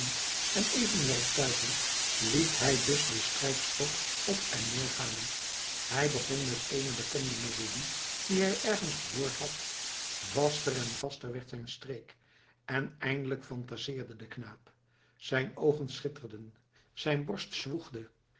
en even werktuiglijk liet hij dus den strijkstok op en neer gaan hij begon met eene bekende melodie die hij ergens gehoord had vaster en vaster werd zijn streek en eindelijk phantaseerde de knaap zijn oogen schitterden zijn borst zwoegde